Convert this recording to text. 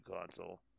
console